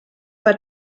war